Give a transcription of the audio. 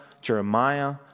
Jeremiah